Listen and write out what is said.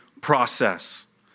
process